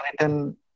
written